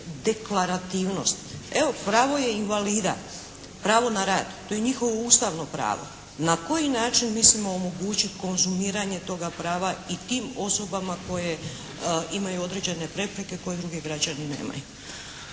deklarativnost. Evo, pravo je invalida pravo na rad, to je njihovo ustavno pravo. Na koji način mislimo omogućiti konzumiranje toga prava i tim osobama koje imaju određene prepreke koje drugi građani nemaju.